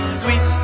sweet